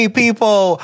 people